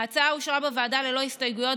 ההצעה אושרה בוועדה ללא הסתייגויות,